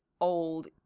old